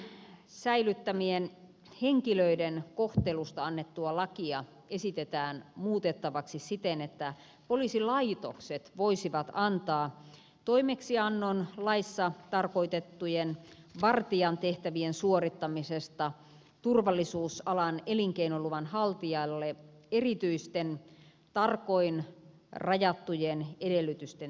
poliisin säilyttämien henkilöiden kohtelusta annettua lakia esitetään muutettavaksi siten että poliisilaitokset voisivat antaa toimeksiannon laissa tarkoitettujen vartijan tehtävien suorittamisesta turvallisuusalan elinkeinoluvan haltijalle erityisten tarkoin rajattujen edellytysten täyttyessä